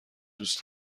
دوست